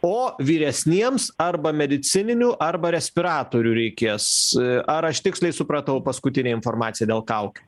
o vyresniems arba medicininių arba respiratorių reikės ar aš tiksliai supratau paskutinę informaciją dėl kaukių